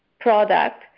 product